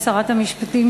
לשרת המשפטים,